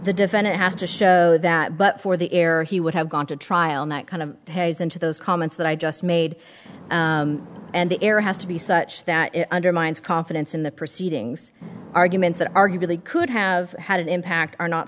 the defendant has to show that but for the error he would have gone to trial and that kind of has into those comments that i just made and the air has to be such that it undermines confidence in the proceedings arguments that arguably could have had an impact are not